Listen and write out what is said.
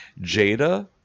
Jada